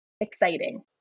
exciting